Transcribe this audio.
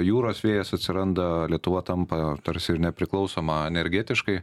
jūros vėjas atsiranda lietuva tampa tarsi ir nepriklausoma energetiškai